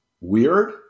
weird